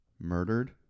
murdered